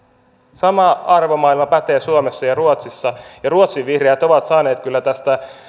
sama arvomaailma pätee suomessa ja ruotsissa ja ruotsin vihreät ovat kyllä tästä